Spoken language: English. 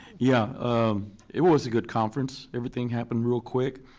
yeah it was a good conference. everything happened real quick.